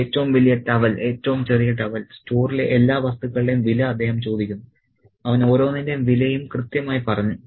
ഏറ്റവും വലിയ ടവൽ ഏറ്റവും ചെറിയ ടവൽ സ്റ്റോറിലെ എല്ലാ വസ്തുക്കളുടെയും വില അദ്ദേഹം ചോദിക്കുന്നു അവൻ ഓരോന്നിന്റെ വിലയും കൃത്യമായി പറഞ്ഞു